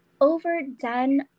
overdone